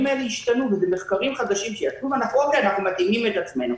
האלה השתנו ויצאו מחקרים חדשים ואנחנו מתאימים את עצמנו.